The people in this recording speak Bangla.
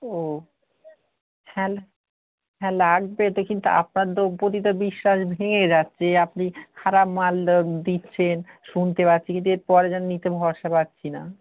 ও হ্যাঁ হ্যাঁ লাগবে তো কিন্তু আপনার তো উপরই তো বিশ্বাস ভেঙে যাচ্ছে এ আপনি খারাপ মাল দিচ্ছেন শুনতে পাচ্ছি কিন্তু এরপর যেন নিতে ভরসা পাচ্ছি না